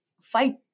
fight